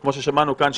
וכמו ששמענו כאן,